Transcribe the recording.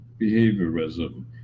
behaviorism